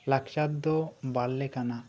ᱞᱟᱠᱪᱟᱨ ᱫᱚ ᱵᱟᱨᱞᱮᱠᱟᱱᱟ